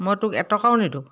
মই তোক এক টকাও নিদিওঁ